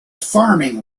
farming